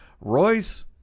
Royce